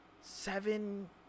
seven